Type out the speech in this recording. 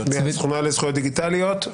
מהתנועה לזכויות דיגיטליות,